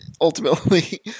ultimately